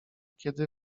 kiedy